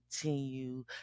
Continue